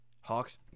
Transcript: Hawks